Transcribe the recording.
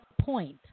point